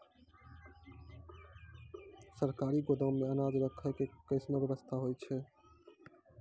सरकारी गोदाम मे अनाज राखै के कैसनौ वयवस्था होय छै?